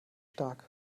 stark